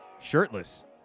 shirtless